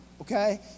okay